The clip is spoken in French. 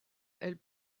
elles